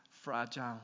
fragile